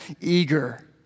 Eager